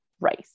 rice